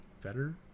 better